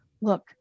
Look